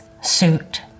suit